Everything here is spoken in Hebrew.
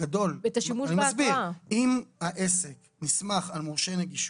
אם העסק נסמך על מורשה נגישות,